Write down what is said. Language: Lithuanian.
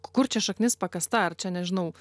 kur čia šaknis pakasta ar čia nežinau